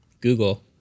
Google